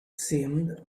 seemed